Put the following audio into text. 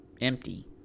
empty